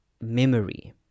memory